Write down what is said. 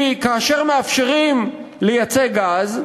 כי כאשר מאפשרים לייצא גז,